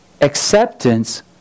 acceptance